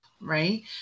right